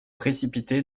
précipité